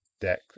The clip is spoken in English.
deck